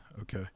okay